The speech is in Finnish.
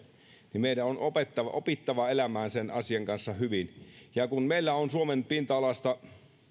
niin meidän on opittava elämään sen asian kanssa hyvin kun meillä on suomen pinta alasta